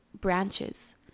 branches